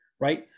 right